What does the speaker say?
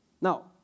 Now